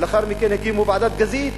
ולאחר מכן הקימו את ועדת-גזית,